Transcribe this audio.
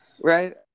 Right